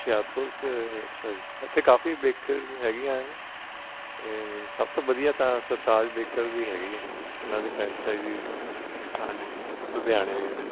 ਹੁਸ਼ਿਆਰਪੁਰ ਚ ਅੱਛਾ ਜੀ ਇੱਥੇ ਕਾਫੀ ਬੇਕਰ ਹੈਗੀਆਂ ਨੇ ਅ ਮੀਨਜ ਸਭ ਤੋਂ ਵਧੀਆ ਤਾਂ ਸਰਤਾਜ ਬੇਕਰ ਦੀ ਹੈਗੀ ਆ ਉਹਨਾਂ ਦੀ ਫਰੈਂਚਾਈਜ਼ੀ ਹਾਂਜੀ ਲੁਧਿਆਣੇ ਦੇ ਜਿਹੜੇ